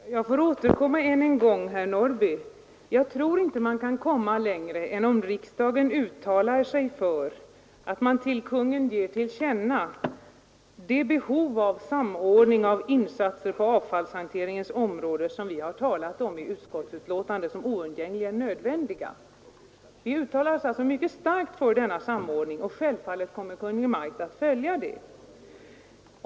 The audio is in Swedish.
Herr talman! Jag får återkomma än en gång, herr Norrby i Åkersberga. Jag tror inte att man kan komma längre än om riksdagen uttalar sig för att till Kungen ge till känna vad vi i utskottsbetänkandet har anfört om behovet av samordning av insatserna på avfallshanteringens område. Vi uttalar oss mycket starkt för denna samordning, och självfallet kommer Kungl. Maj:t att följa ett uttalande av riksdagen.